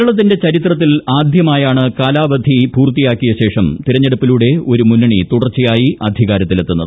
കേരളത്തിന്റെ ചരിത്രത്തിൽ ആദ്യമായാണ് കാലാവധി പൂർത്തിയാക്കിയശേഷം തിരഞ്ഞെടുപ്പിലൂടെ ഒരു മുന്നണി തുടർച്ചയായി അധികാരത്തിലെത്തുന്നത്